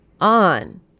on